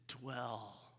dwell